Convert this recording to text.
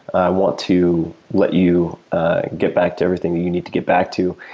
i want to let you get back to everything you you need to get back to.